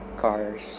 cars